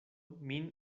min